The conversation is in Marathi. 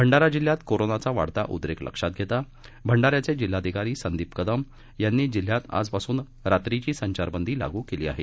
भंडारा जिल्ह्यात कोरोनाचा वाढता उद्रेक लक्षात घेता भंडारा जिल्हाधिकारी संदीप कदम यांनी भंडारा जिल्ह्यात आजपासून रात्रीची संचार बंदी लागु केली आहे